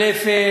א.